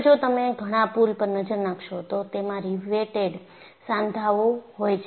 હવે જો તમે ઘણા પુલ પર નજર નાખશો તો તેમાં રિવેટેડ સાંધાઓ હોય છે